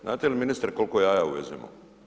Znate li ministre koliko jaja uvezemo?